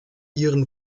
ihren